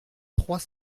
trois